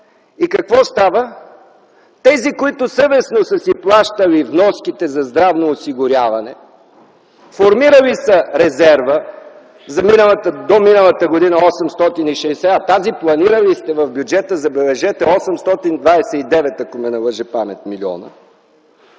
и какво става? Тези, които съвестно са си плащали вноските за здравно осигуряване, формирали са резерва, до миналата година – 860, а за тази сте планирали в бюджета, забележете, 829 милиона, ако не ме лъже паметта,